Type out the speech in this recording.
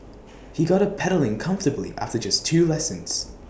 he got her pedalling comfortably after just two lessons